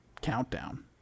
Countdown